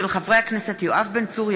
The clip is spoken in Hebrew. של חברי הכנסת יואב בן צור,